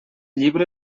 llibre